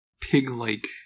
pig-like